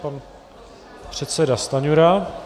Pan předseda Stanjura.